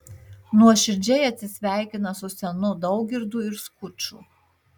nuoširdžiai atsisveikina su senu daugirdu ir skuču